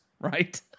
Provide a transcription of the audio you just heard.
right